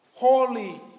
holy